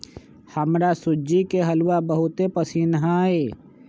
हमरा सूज्ज़ी के हलूआ बहुते पसिन्न हइ